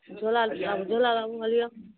झोला लाबु झोला लाबु हॅं लिअ